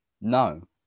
No